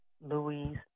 Louise